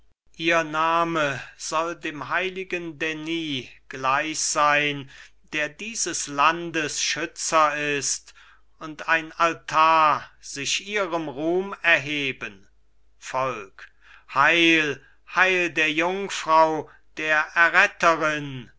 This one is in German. ihr name soll dem heiligen denis gleich sein der dieses landes schützer ist und ein altar sich ihrem ruhm erheben volk heil heil der jungfrau der erretterin